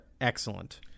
excellent